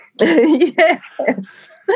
Yes